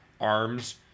arms